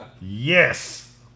Yes